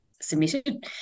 submitted